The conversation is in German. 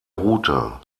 route